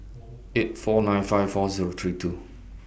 eight four nine five four Zero three two